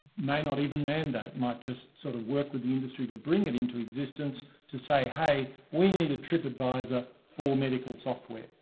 may not even mandate it might just sort of work with the industry to bring it into existence to say hey, we need a trip advisor for medical software.